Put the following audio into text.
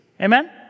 Amen